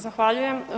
Zahvaljujem.